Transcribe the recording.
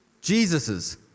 Jesus's